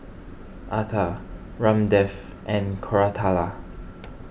Atal Ramdev and Koratala